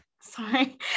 sorry